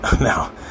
now